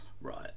right